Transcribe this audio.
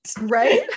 Right